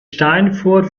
steinfurt